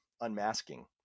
unmasking